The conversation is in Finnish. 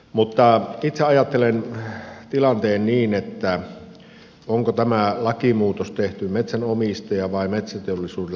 mutta itse ajattelen tilanteen niin että onko tämä lakimuutos tehty metsänomistajan vai metsäteollisuuden lähtökohdista